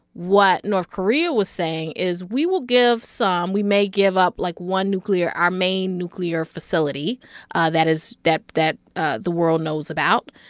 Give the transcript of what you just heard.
what north korea was saying is we will give some we may give up, like, one nuclear our main nuclear facility that is that that ah the world knows about.